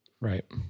right